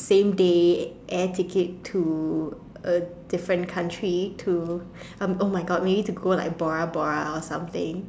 same day air ticket to a different country to um !oh-my-God! we need to go like Bora-Bora or something